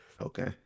Okay